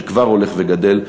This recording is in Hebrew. שכבר הולך וגדל,